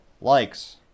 likes